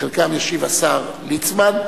ועל חלקן ישיב השר ליצמן,